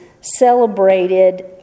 celebrated